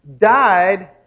died